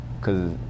cause